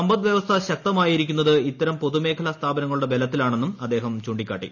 സമ്പദ്വ്യവസ്ഥ ശക്തമായിരിക്കുന്നത് ഇത്തരം പൊതുമേഖലാ സ്ഥാപനങ്ങളുടെ ബലത്തിലാണെന്നും അദ്ദേഹം ചൂണ്ടിക്കാട്ടി